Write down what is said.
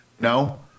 No